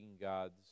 God's